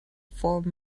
for